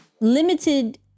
limited